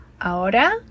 Ahora